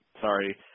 sorry